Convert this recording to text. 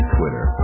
Twitter